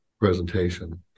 presentation